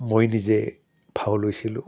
মই নিজে ভাও লৈছিলোঁ